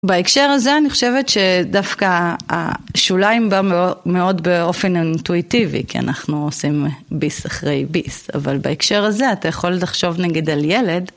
בהקשר הזה אני חושבת שדווקא השוליים בא מאוד באופן אינטואיטיבי כי אנחנו עושים ביס אחרי ביס, אבל בהקשר הזה אתה יכול לחשוב נגיד על ילד